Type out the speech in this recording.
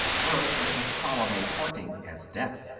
birth is as solemn a parting as death.